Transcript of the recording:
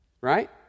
Right